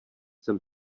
jsem